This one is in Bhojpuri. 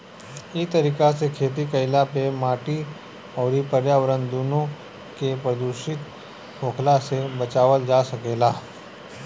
इ तरीका से खेती कईला पे माटी अउरी पर्यावरण दूनो के प्रदूषित होखला से बचावल जा सकेला